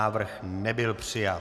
Návrh nebyl přijat.